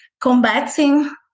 combating